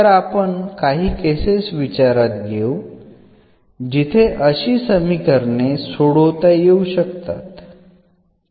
तर आपण काही केसेस विचारात घेऊ जिथे अशी समीकरणे सोडवता येऊ शकतात